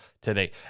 today